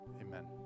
Amen